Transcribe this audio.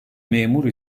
memur